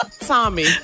Tommy